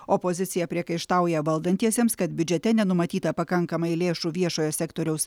opozicija priekaištauja valdantiesiems kad biudžete nenumatyta pakankamai lėšų viešojo sektoriaus